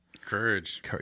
courage